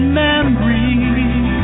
memories